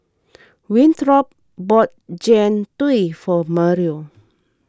Winthrop bought Jian Dui for Mario